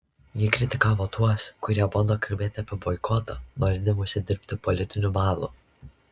ji kritikavo tuos kurie bando kalbėti apie boikotą norėdami užsidirbti politinių balų